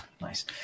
Nice